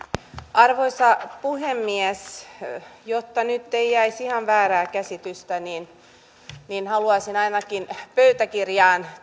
arvoisa puhemies jotta nyt ei jäisi ihan väärää käsitystä haluaisin pöytäkirjaan